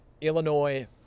Illinois